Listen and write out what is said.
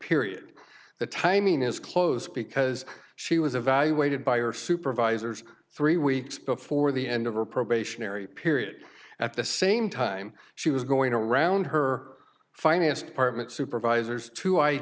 period the timing is close because she was evaluated by or supervisors three weeks before the end of her probationary period at the same time she was going around her finance department supervisors to i